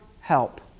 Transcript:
help